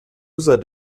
user